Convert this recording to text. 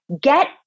Get